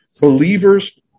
Believers